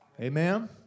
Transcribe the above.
Amen